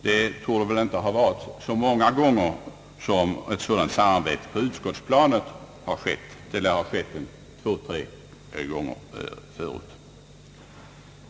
Det torde inte ha varit så många gånger som ett sådant samarbete på utskottsplanet har skett — det lär ha skett två, tre gånger förut.